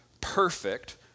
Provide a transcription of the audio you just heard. perfect